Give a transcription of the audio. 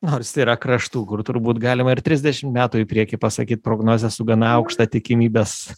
nors yra kraštų kur turbūt galima ir trisdešim metų į priekį pasakyt prognozes su gana aukšta tikimybės